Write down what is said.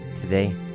today